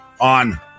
on